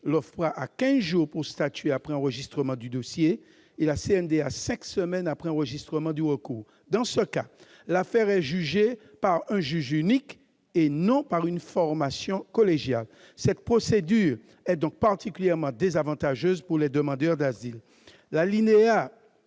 de quinze jours pour statuer après enregistrement du dossier et la CNDA de cinq semaines après enregistrement du recours. De plus, dans ce cas, l'affaire est jugée par un juge unique, non par une formation collégiale. Cette procédure est donc particulièrement désavantageuse pour les demandeurs d'asile.